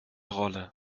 rolle